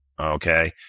Okay